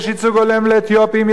יש ייצוג הולם לאתיופים,